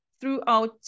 throughout